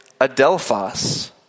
adelphos